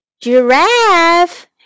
Giraffe